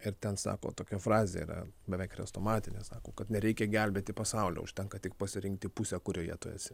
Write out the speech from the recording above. ir ten sako tokia frazė yra beveik chrestomatinė sako kad nereikia gelbėti pasaulio užtenka tik pasirinkti pusę kurioje tu esi